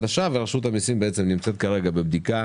חדשה ורשות המיסים נמצאת כרגע בבדיקה